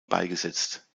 beigesetzt